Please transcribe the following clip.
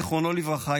זיכרונו לברכה,